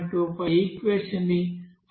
25 equation ని అభివృద్ధి చేయవచ్చు